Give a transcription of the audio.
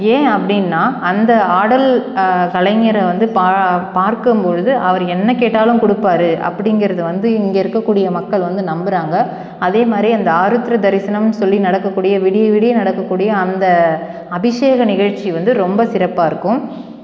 ஏன் அப்படின்னா அந்த ஆடல் கலைஞரை வந்து பா பார்க்கும்பொழுது அவர் என்ன கேட்டாலும் கொடுப்பாரு அப்படிங்கிறது வந்து இங்கே இருக்கக்கூடிய மக்கள் வந்து நம்புகிறாங்க அதேமாதிரி அந்த ஆருத்ரா தரிசனம் சொல்லி நடக்கக்கூடிய விடிய விடிய நடக்கக்கூடிய அந்த அபிஷேக நிகழ்ச்சி வந்து ரொம்ப சிறப்பாக இருக்கும்